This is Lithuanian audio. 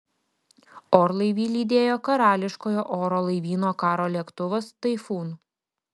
orlaivį lydėjo karališkojo oro laivyno karo lėktuvas taifūn